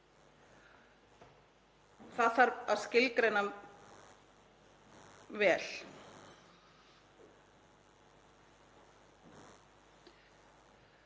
Það þarf að skilgreina vel.